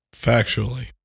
Factually